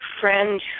friend